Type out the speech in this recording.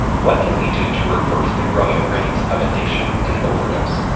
what can we do to reverse the growing rates of addiction and overdose?